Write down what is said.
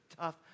tough